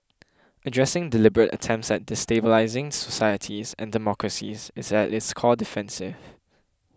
addressing deliberate attempts at destabilising societies and democracies is at its core defensive